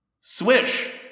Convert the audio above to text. Swish